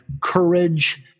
courage